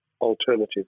alternative